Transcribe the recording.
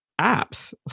apps